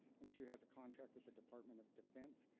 msu has a contract with the department of defense,